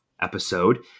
episode